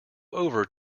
over